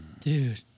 Dude